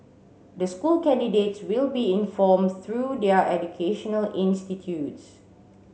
the school candidates will be informed through their educational institutes